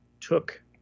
took